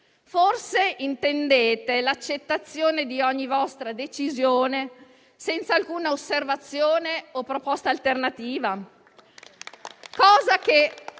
forse intendete l'accettazione di ogni vostra decisione senza alcuna osservazione o proposta alternativa?